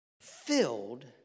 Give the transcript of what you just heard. filled